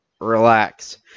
relax